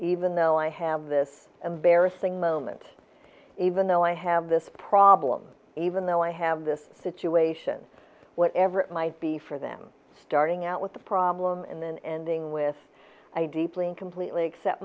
even though i have this embarrassing moment even though i have this problem even though i have this situation whatever it might be for them starting out with a problem and then ending with i deeply and completely accept